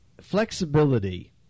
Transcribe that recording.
flexibility